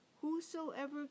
Whosoever